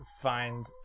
find